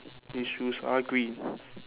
his shoes are green